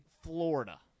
Florida